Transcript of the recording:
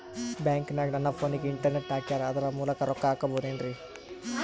ಬ್ಯಾಂಕನಗ ನನ್ನ ಫೋನಗೆ ಇಂಟರ್ನೆಟ್ ಹಾಕ್ಯಾರ ಅದರ ಮೂಲಕ ರೊಕ್ಕ ಹಾಕಬಹುದೇನ್ರಿ?